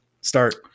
Start